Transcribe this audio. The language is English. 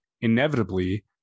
Inevitably